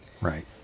Right